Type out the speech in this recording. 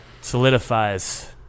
solidifies